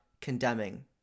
condemning